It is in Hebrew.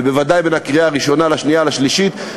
ובוודאי בין הקריאה הראשונה לשנייה ולשלישית,